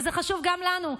וזה חשוב גם לנו,